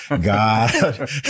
God